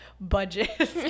budget